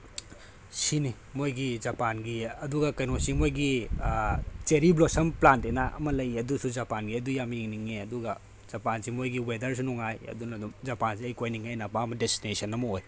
ꯁꯤꯅꯤ ꯃꯣꯏꯒꯤ ꯖꯄꯥꯟꯒꯤ ꯑꯗꯨꯒ ꯀꯩꯅꯣꯁꯤ ꯃꯣꯏꯒꯤ ꯆꯦꯔꯤ ꯕ꯭ꯂꯣꯁꯝ ꯄ꯭ꯂꯥꯟ ꯍꯥꯏꯅ ꯑꯃ ꯂꯩꯑꯦ ꯑꯗꯨꯁꯨ ꯖꯄꯥꯟꯒꯤ ꯑꯗꯨ ꯌꯥꯝ ꯌꯦꯡꯅꯤꯡꯉꯦ ꯑꯗꯨꯒ ꯖꯄꯥꯟꯁꯤ ꯃꯣꯏꯒꯤ ꯋꯦꯗꯔꯁꯨ ꯅꯨꯡꯉꯥꯏ ꯑꯗꯨꯅ ꯑꯗꯨꯝ ꯖꯄꯥꯟꯁꯦ ꯑꯩ ꯀꯣꯏꯅꯤꯡꯏ ꯑꯩꯅ ꯑꯄꯥꯝꯕ ꯗꯦꯁꯇꯤꯅꯦꯁꯟ ꯑꯃ ꯑꯣꯏ